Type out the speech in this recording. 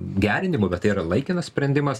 gerinimu bet tai yra laikinas sprendimas